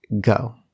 Go